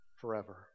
forever